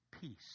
Peace